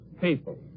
people